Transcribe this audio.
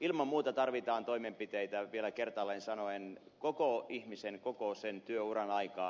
ilman muuta tarvitaan toimenpiteitä vielä kertaalleen sanoen koko ihmisen koko sen työuran aikaan